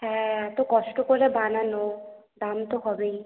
হ্যাঁ এত কষ্ট করে বানানো দাম তো হবেই